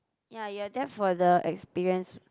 ya you are there for the experience